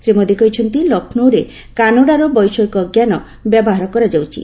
ଶ୍ରୀ ମୋଦି କହିଛନ୍ତି ଲକ୍ଷ୍ମୌରେ କାନାଡ଼ାର ବୈଷୟିକ ଜ୍ଞାନ ବ୍ୟବହାର କରାଯାଉଛି